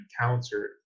encountered